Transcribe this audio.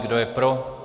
Kdo je pro?